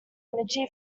energy